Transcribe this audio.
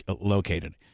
located